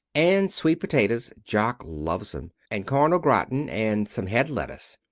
and sweet potatoes. jock loves em. and corn au gratin and some head lettuce.